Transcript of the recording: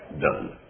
done